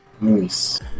Nice